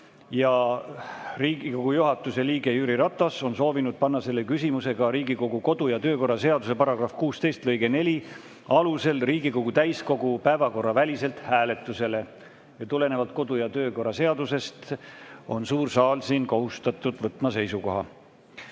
Riigikogu juhatuse liige Jüri Ratas on soovinud panna selle küsimuse ka Riigikogu kodu‑ ja töökorra seaduse § 16 lõige 4 alusel täiskogu päevakorra väliselt hääletusele. Tulenevalt kodu‑ ja töökorra seadusest on suur saal siin kohustatud võtma seisukoha.